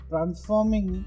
Transforming